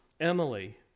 Emily